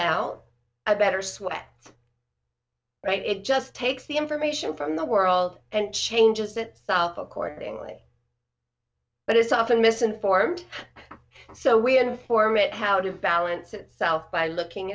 out a better sweat right it just takes the information from the world and changes it self accordingly but it's often misinformed so we inform it how to balance itself by looking